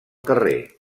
carrer